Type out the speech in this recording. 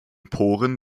poren